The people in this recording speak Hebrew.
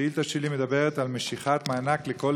השאילתה שלי מדברת על משיכת מענק לכל